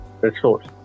resource